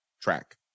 track